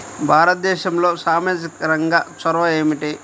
భారతదేశంలో సామాజిక రంగ చొరవ ఏమిటి?